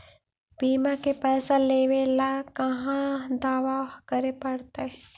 बिमा के पैसा लेबे ल कहा दावा करे पड़तै?